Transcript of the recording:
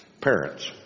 parents